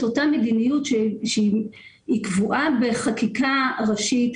אותה מדיניות שהיא קבועה בחקיקה ראשית.